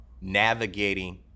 navigating